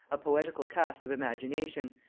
a poetical cast of imagination,